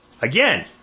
Again